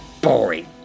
boring